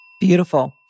Beautiful